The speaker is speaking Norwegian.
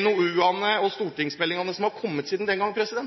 NOU-ene og stortingsmeldingene som har kommet siden den gang,